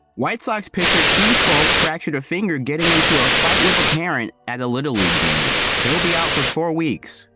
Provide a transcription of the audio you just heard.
white sox pitcher, keith foulke fractured a finger getting into a fight with the parent at a little league game. he'll be out for four weeks,